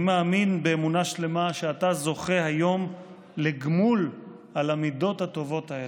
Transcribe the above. אני מאמין באמונה שלמה שאתה זוכה היום לגמול על המידות הטובות האלה.